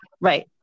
Right